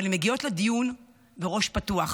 אבל הן מגיעות לדיון בראש פתוח